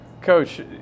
Coach